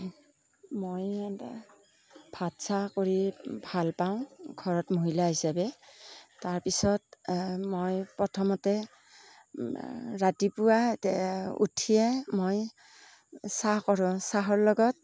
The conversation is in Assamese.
মই এটা ভাত চাহ কৰি ভাল পাওঁ ঘৰত মহিলা হিচাপে তাৰপিছত মই প্ৰথমতে ৰাতিপুৱাতে উঠিয়ে মই চাহ কৰোঁ চাহৰ লগত